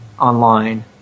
online